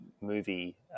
movie